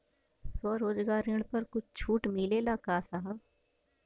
स्वरोजगार ऋण पर कुछ छूट मिलेला का साहब?